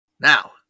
now